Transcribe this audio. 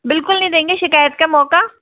बिलकुल नहीं देंगे शिकायत का मौका